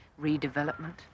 Redevelopment